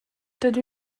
dydw